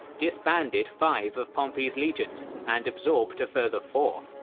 disbanded five of pompey's legions and absorbed a further four.